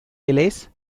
delays